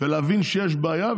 ולהבין שיש בעיה,